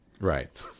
Right